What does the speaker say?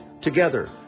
Together